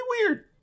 weird